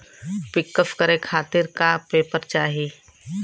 पिक्कस करे खातिर का का पेपर चाही?